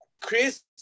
Chris